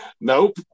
Nope